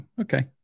Okay